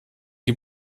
die